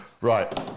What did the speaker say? Right